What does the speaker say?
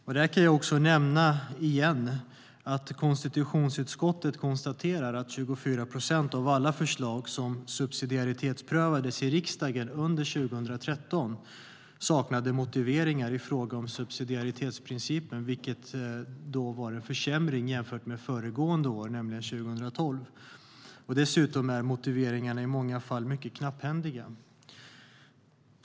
Jag kan återigen nämna att konstitutionsutskottet konstaterar att 24 procent av alla förslag som subsidiaritetsprövades i riksdagen under 2013 saknade motiveringar i fråga om subsidiaritetsprincipen, vilket var en försämring jämfört med föregående år, det vill säga 2012. Dessutom är motiveringarna i många fall mycket knapphändiga.